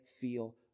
feel